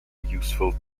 useful